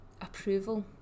approval